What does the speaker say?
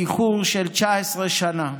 באיחור של 19 שנה.